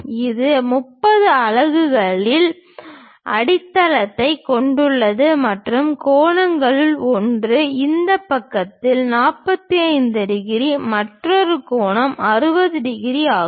இது 30 அலகுகளின் அடித்தளத்தைக் கொண்டுள்ளது மற்றும் கோணங்களில் ஒன்று இந்த பக்கத்தில் 45 டிகிரி மற்றொரு கோணம் 60 டிகிரி ஆகும்